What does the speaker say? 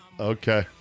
Okay